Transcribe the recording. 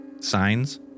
signs